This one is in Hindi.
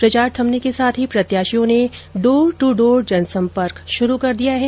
प्रचार थमने के साथ ही प्रत्याशियों ने डोर ट्र डोर जनसंपर्क शुरू कर दिया है